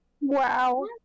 Wow